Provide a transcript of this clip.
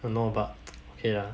!hannor! but okay lah